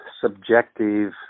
subjective